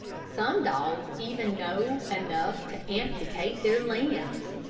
some dogs even know enough to amputate their limbs.